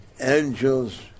Angels